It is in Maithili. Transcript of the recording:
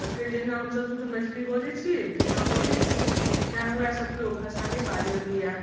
तऽ फेर हमसभ जहिना शुद्ध मैथिली बजै छी तहिना बजै छी तैँ हमरा सभकेँ ओ भाषा नहि बाजल होइया